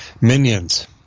minions